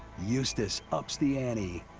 eustace ups the ante.